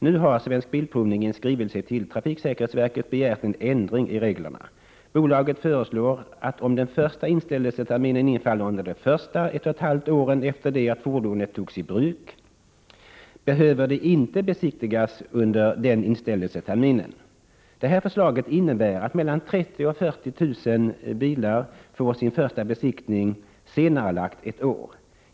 Nu har Svensk Bilprovning i en skrivelse till Trafiksäkerhetsverket begärt en ändring av reglerna. Bolaget föreslår att om den första inställelseterminen infaller under de första 172 åren efter det att fordonet togs i bruk behöver det inte besiktigas under den inställelseterminen. Det här förslaget innebär att mellan 30 000 och 40 000 bilar får sin första besiktning senarelagd ett år.